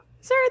Sir